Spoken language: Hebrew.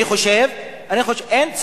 אין.